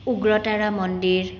উগ্ৰতাৰা মন্দিৰ